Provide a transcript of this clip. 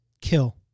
Kill